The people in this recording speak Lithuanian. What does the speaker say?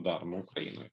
daroma ukrainoj